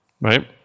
Right